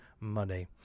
money